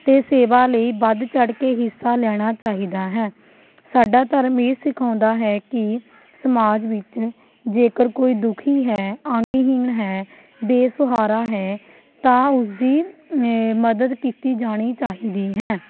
ਅਤੇ ਸੇਵਾ ਲਈ ਵੱਧ ਚੜ੍ਹ ਕੇ ਹਿੱਸਾ ਲੈਣਾ ਚਾਹੀਦਾ ਹੈ ਸਾਡਾ ਧਰਮ ਇਹ ਸਿਖਾਉਂਦਾ ਹੈ ਕਿ ਸਮਾਜ ਵਿੱਚ ਜੇਕਰ ਕੋਈ ਦੁੱਖੀ ਹੈ ਅੰਗਹੀਣ ਹੈ ਬੇਸਹਾਰਾ ਹੈ ਤਾਂ ਉਸ ਦੀ ਮਦਦ ਕੀਤੀ ਜਾਣੀ ਚਾਹੀਦੀ ਹੈ